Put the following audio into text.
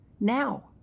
now